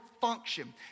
function